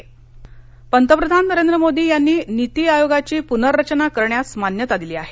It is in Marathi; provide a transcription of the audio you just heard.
नीती आयोग पंतप्रधान नरेंद्र मोदी यांनी नीती आयोगाची प्नर्रचना करण्यास मान्यता दिली आहे